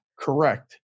Correct